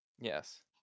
Yes